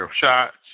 shots